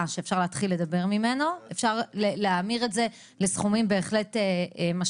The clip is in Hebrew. שאפשר להתחיל לדבר ממנה ואפשר להמיר את זה לסכומים באמת משמעותיים.